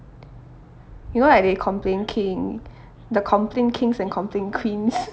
you know like they complain king the complain kings and complain queens